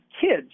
kids